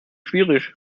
schwierig